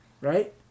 right